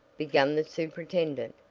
began the superintendent,